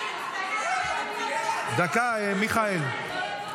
דקה, מיכאל.